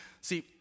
See